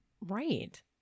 Right